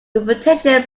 reputation